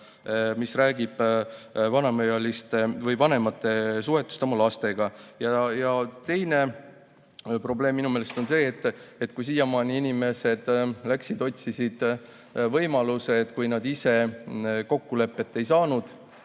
mis räägib vanemate suhetest oma lastega. Teine probleem minu meelest on see, et siiamaani inimesed läksid otsisid võimaluse, et kui nad ise kokkulepet ei saanud,